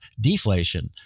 deflation